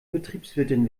betriebswirtin